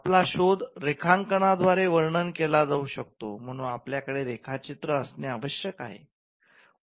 आपला शोध रेखांकनांद्वारे वर्णन केला जाऊ शकतो म्हणून आपल्याकडे रेखाचित्र असणे आवश्यक आहे